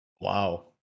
Wow